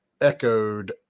echoed